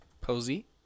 Posey